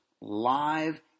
live